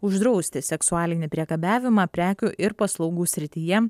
uždrausti seksualinį priekabiavimą prekių ir paslaugų srityje